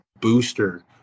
booster